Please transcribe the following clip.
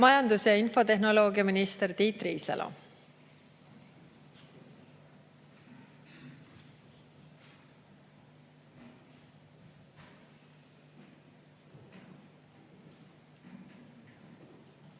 Majandus‑ ja infotehnoloogiaminister Tiit Riisalo.